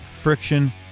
friction